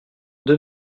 deux